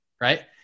right